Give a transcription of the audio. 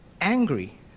angry